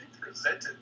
presented